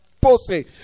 pussy